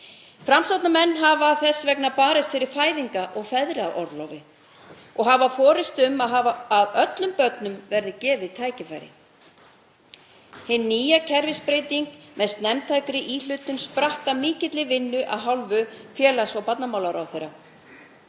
Framsóknarmenn hafa þess vegna barist fyrir fæðingarorlofi og feðraorlofi og haft forystu um að öllum börnum verði gefin tækifæri. Hin nýja kerfisbreyting með snemmtækri íhlutun spratt af mikilli vinnu af hálfu félags- og barnamálaráðherra.